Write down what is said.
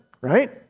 right